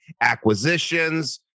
acquisitions